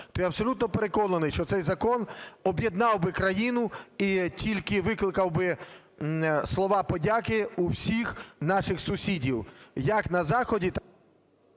то я абсолютно переконаний, що цей закон об'єднав би країну і тільки викликав би слова подяки всіх наших сусідів як на заході, так...